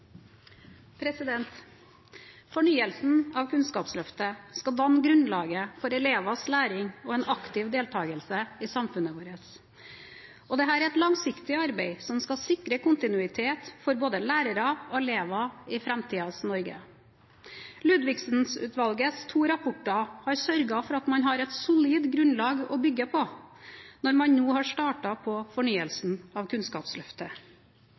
Fornyelsen av Kunnskapsløftet skal danne grunnlaget for elevers læring og en aktiv deltakelse i samfunnet vårt. Dette er et langsiktig arbeid som skal sikre kontinuitet for både lærere og elever i framtidens Norge. Ludvigsen-utvalgets to rapporter har sørget for at man har et solid grunnlag å bygge på når man nå har startet på fornyelsen av Kunnskapsløftet.